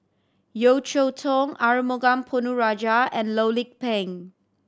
Yeo Cheow Tong Arumugam Ponnu Rajah and Loh Lik Peng